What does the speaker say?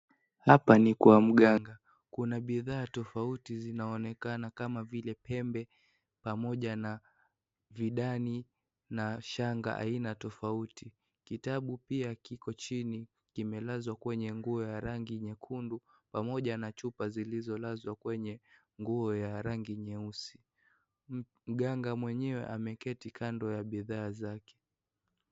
Hapa ni kwa mganga. Kuna bidhaa tofauti zinaonekana kama vile pembe pamoja na Vidani na shanga aina tofauti. Kitabu pia kiko chini kimelazwa kwenye nguo ya rangi nyekundu pamoja na chupa zilizolazwa kwenye nguo ya rangi nyeusi. Mganga mwenyewe ameketi kando ya bidhaa zake.